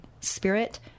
Spirit